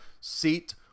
seat